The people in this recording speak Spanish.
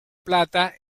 plata